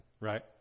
right